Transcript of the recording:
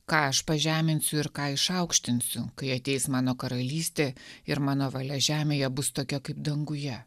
ką aš pažeminsiu ir ką išaukštinsiu kai ateis mano karalystė ir mano valia žemėje bus tokia kaip danguje